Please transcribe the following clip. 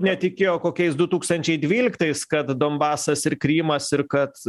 netikėjo kokiais du tūkstančiai dvyliktais kad donbasas ir krymas ir kad